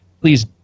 please